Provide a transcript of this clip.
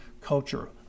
culture